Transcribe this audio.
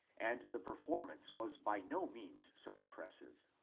and the performance was by no means so impressive.